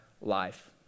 life